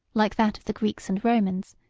like that of the greeks and romans,